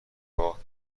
باخت